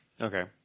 Okay